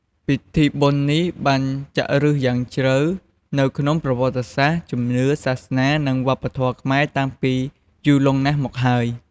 ពិធីបុណ្យនេះបានចាក់ឫសយ៉ាងជ្រៅទៅក្នុងប្រវត្តិសាស្ត្រ ជំនឿ សាសនា និងវប្បធម៌ខ្មែរតាំងពីយូរលង់ណាស់មកហើយ។